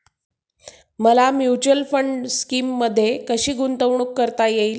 मला mutual fund स्कीममध्ये गुंतवणूक कशी सुरू करता येईल?